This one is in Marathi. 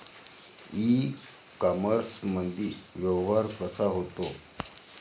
इ कामर्समंदी व्यवहार कसा होते?